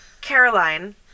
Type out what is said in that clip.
Caroline